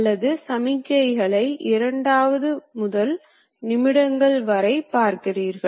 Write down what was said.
இது சுழலின் தண்டு மற்றும் மோட்டாருடன் இணைக்கப்பட்டுள்ளது